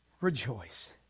rejoice